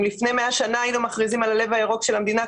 אם לפני מאה שנים היינו מכריזים על הלב הירוק של המדינה,